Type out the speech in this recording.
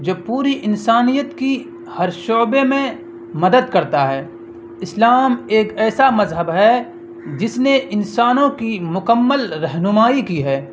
جو پوری انسانیت کی ہر شعبے میں مدد کرتا ہے اسلام ایک ایسا مذہب ہے جس نے انسانوں کی مکمل رہنمائی کی ہے